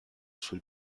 sul